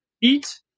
eat